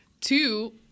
two